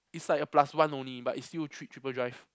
it's like a plus one only but it's still a tri~ triple drive